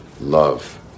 love